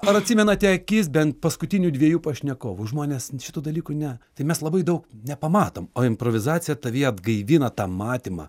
ar atsimenate akis bent paskutinių dviejų pašnekovų žmonės šitų dalykų ne tai mes labai daug nepamatom o improvizacija tavyje atgaivina tą matymą